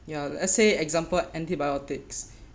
ya let's say example antibiotics